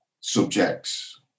subjects